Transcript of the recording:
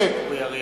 (קורא בשמות חברי הכנסת) אורי אריאל,